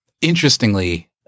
Interestingly